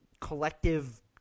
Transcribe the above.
collective